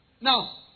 Now